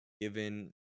given